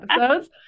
episodes